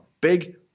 Big